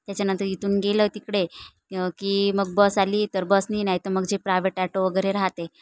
त्याच्यानंतर इथून गेलं तिकडे की मग बस आली तर बसने नाही तर मग जे प्रायवेट ॲटो वगैरे राहते